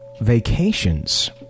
vacations